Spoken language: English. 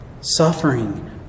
Suffering